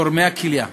תורמי הכליה.